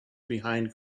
behind